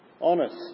honest